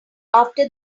after